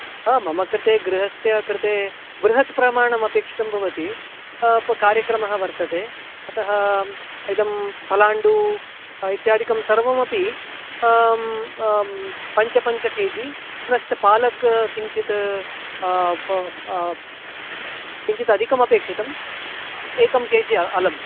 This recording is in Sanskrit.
मम कृते गृहस्य कृते बृहत् प्रमाणम् अपेक्षितं भवति कार्यक्रमः वर्तते अतः इदं पलाण्डुः इत्यादिकं सर्वमपि पञ्च पञ्च के जि पुनश्च पालक् किञ्चित् किञ्चित् अधिकमपेक्षितं एकं के जि अलं